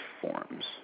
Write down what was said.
forms